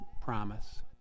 promise